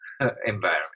environment